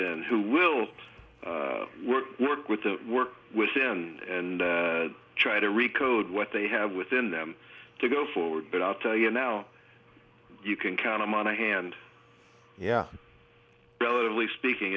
in who will work work with the work within and try to recoat what they have within them to go forward but i'll tell you now you can count them on a hand yeah relatively speaking